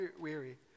weary